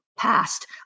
past